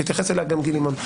התייחס אליה גם גיל לימון,